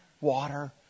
water